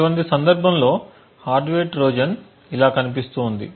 అటువంటి సందర్భంలో hardware Trojan ఇలా కనిపిస్తుంది